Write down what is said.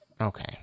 Okay